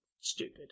stupid